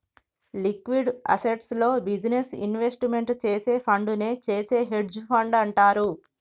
liquid అసెట్స్లో business investment చేసే ఫండునే చేసే హెడ్జ్ ఫండ్ అంటారు